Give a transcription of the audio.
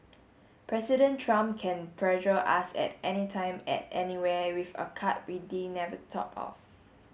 president trump can pressure us at anytime at anywhere with a card never thought of